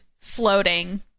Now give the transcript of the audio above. floating